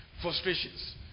Frustrations